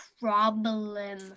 problem